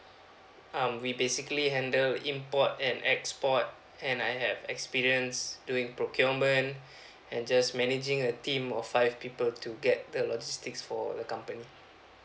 um we basically handle import and export and I have experience doing procurement and just managing a team of five people to get the logistics for the company